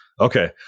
Okay